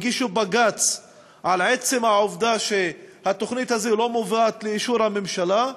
הגישו בג"ץ על עצם העובדה שהתוכנית הזאת לא מובאת לאישור הממשלה,